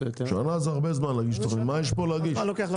שנה זה הרבה זמן להגיש תוכנית, מה יש להגיש פה?